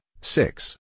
six